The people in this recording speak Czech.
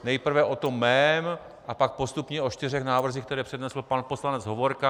Nejprve o tom mém a pak postupně o čtyřech návrzích, které přednesl pan poslanec Hovorka.